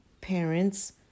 parents